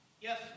Yes